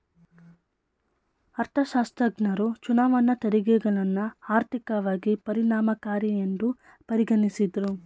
ಅರ್ಥಶಾಸ್ತ್ರಜ್ಞರು ಚುನಾವಣಾ ತೆರಿಗೆಗಳನ್ನ ಆರ್ಥಿಕವಾಗಿ ಪರಿಣಾಮಕಾರಿಯೆಂದು ಪರಿಗಣಿಸಿದ್ದ್ರು